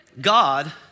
God